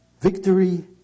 victory